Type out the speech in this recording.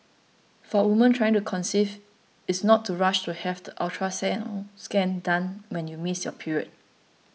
for women trying to conceive is not to rush to have the ultrasound scan done when you miss your period